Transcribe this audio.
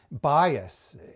Bias